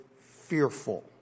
fearful